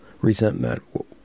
resentment